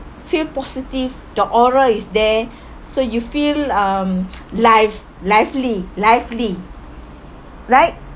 feel positive the aura is there so you feel um live lively lively right